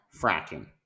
fracking